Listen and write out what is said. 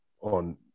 on